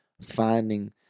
finding